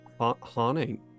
haunting